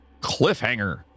Cliffhanger